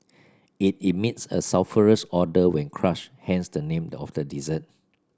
it emits a sulphurous odour when crushed hence the name of the dessert